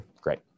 Great